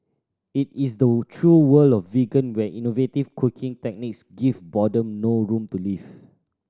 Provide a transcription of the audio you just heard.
it is the true world of vegan where innovative cooking techniques give boredom no room to live